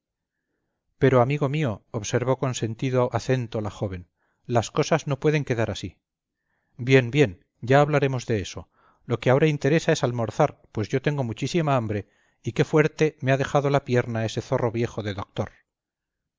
pero amigo mío observó con sentido acento la joven las cosas no pueden quedar así bien bien ya hablaremos de eso lo que ahora interesa es almorzar pues yo tengo muchísima hambre y qué fuerte me ha dejado la pierna ese zorro viejo de doctor